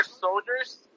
soldiers